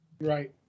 Right